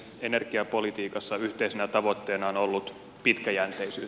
energiapolitiikassa yhteisenä tavoitteena on ollut pitkäjänteisyys